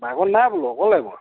নাই বোলো অকলে মই